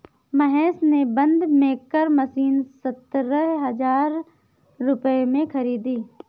महेश ने बंद maker machine सतरह हजार रुपए में खरीदी